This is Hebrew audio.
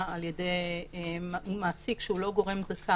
אם ירדתי לסוף דעתה של הוועדה שהייתה בזמנו וגם ועדת קנאי